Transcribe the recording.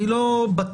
אני לא בטוח